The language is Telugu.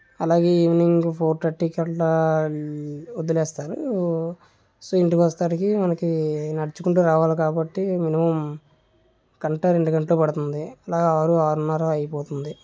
అలాగే ఈవెనింగ్ ఫోర్ థర్టీకి అలా వదిలేస్తారు సో ఇంటికి వచ్చేసరికి మనకి నడుచుకుంటూ రావాలి కాబట్టి మినిమం గంట రెండు గంటలు పడుతుంది అలా ఆరు ఆరున్నర అయిపోతుంది